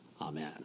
amen